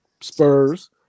Spurs